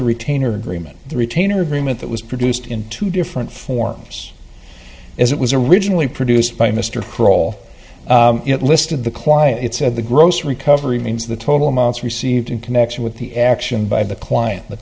the retainer agreement that was produced in two different forms as it was originally produced by mr croll it listed the client it said the gross recovery means the total amounts received in connection with the action by the client the